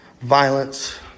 violence